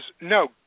no